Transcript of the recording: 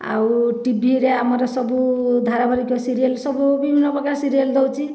ଆଉ ଟିଭିରେ ଆମର ସବୁ ଧାରାବାହିକ ସିରିଏଲ ସବୁ ବି ବିଭିନ୍ନ ପ୍ରକାର ସିରିଏଲ ଦେଉଛି